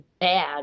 bad